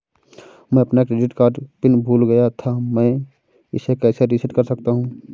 मैं अपना credit card PIN भूल गया था मैं इसे कैसे रीसेट कर सकता हूँ?